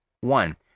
One